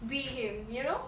be him you know